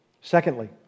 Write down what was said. Secondly